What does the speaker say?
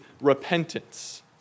repentance